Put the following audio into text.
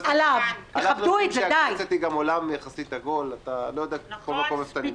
בעצם הצילו כמה מאתנו אולי